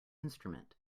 instrument